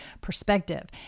perspective